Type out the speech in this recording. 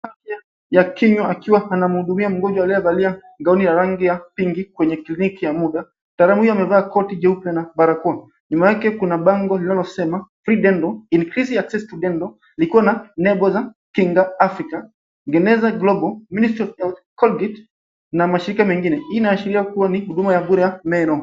Ya kinywa akiwa anamhudumia mgonjwa aliyevaa gauni la rangi ya pinki kwenye kliniki ya muda. Mtaalamu huyo amevaa koti jeupe na barakoa. Nyuma yake kuna bango linalosema free dental increase free access to dental likiwa na nembo za Kinga Africa , Genesis Global , Ministry of Colgate na mashirika mengine. Hii inaashiria kuwa ni huduma ya bure ya meno.